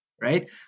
right